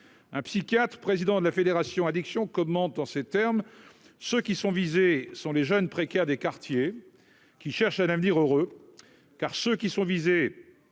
un psychiatre, président de la Fédération addiction commente en ces termes : ceux qui sont visés sont les jeunes précaires des quartiers qui cherche un avenir heureux car ceux qui sont visés